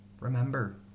Remember